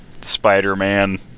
Spider-Man